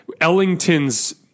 Ellington's